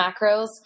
macros